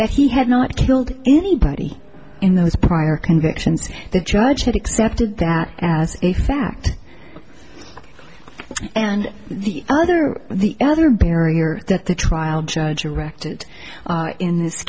that he had not killed anybody in those prior convictions the judge had accepted that as a fact and the other the other barrier that the trial judge erected in this